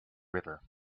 river